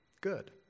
good